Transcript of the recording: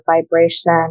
vibration